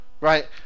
Right